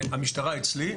המשטרה אצלי,